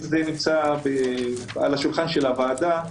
אם זה נמצא על השולחן של הוועדה.